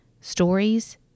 stories